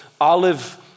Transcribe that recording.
olive